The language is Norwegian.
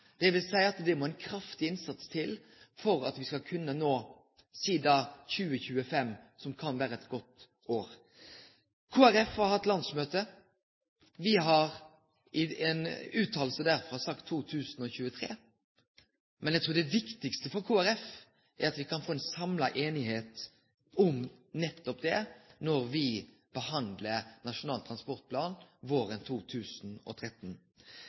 at det må ein kraftig innsats til for at me skal kunne nå fram – lat oss seie – i 2025, som kan vere eit godt år. Kristeleg Folkeparti har hatt landsmøte. Me har i ei uttale derfrå sagt 2023, men eg trur det viktigaste for Kristeleg Folkeparti er at me kan få ei samla einigheit om nettopp det